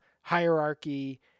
hierarchy